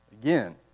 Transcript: Again